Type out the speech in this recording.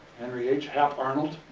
henry h. hap arnold.